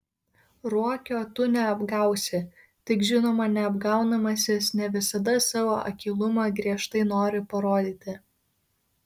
ruokio tu neapgausi tik žinoma neapgaunamasis ne visada savo akylumą griežtai nori parodyti